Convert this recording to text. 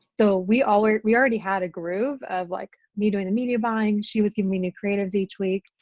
so we already we already had a groove of like me doing the media buying, she was giving me new creatives each week.